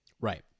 Right